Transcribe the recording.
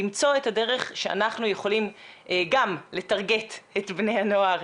למצוא את הדרך שאנחנו יכולים גם לטרגט את בני הנוער,